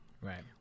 Right